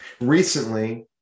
Recently